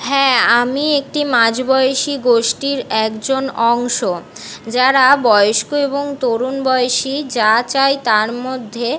হ্যাঁ আমি একটি মাঝ বয়সী গোষ্ঠীর একজন অংশ যারা বয়স্ক এবং তরুণ বয়সী যা চাই তার মধ্যে